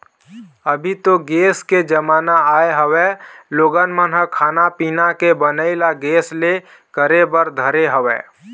अभी तो गेस के जमाना आय हवय लोगन मन ह खाना पीना के बनई ल गेस ले करे बर धरे हवय